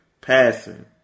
passing